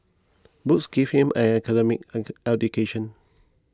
books gave him an academic education